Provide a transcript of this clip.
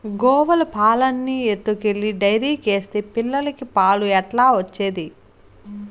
గోవుల పాలన్నీ ఎత్తుకెళ్లి డైరీకేస్తే పిల్లలకి పాలు ఎట్లా వచ్చేది